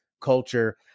culture